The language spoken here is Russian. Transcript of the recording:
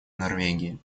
норвегии